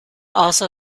also